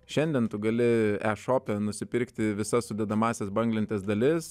šiandien tu gali e šope nusipirkti visas sudedamąsias banglentės dalis